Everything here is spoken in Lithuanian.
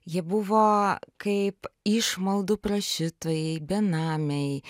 jie buvo kaip išmaldų prašytojai benamiai